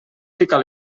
ficar